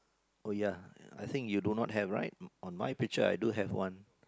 oh ya ya I think you do not have right on my picture I do have one